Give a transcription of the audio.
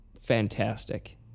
fantastic